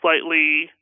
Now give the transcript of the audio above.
slightly